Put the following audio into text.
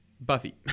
Buffy